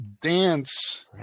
dance